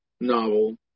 novel